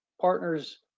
partners